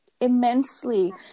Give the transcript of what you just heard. immensely